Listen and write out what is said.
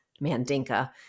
Mandinka